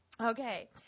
okay